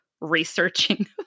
researching